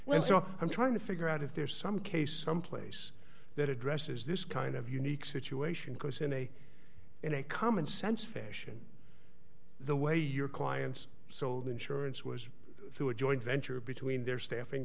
when so i'm trying to figure out if there's some case someplace that addresses this kind of unique situation because in a in a common sense fashion the way your clients sold insurance was through a joint venture between their staffing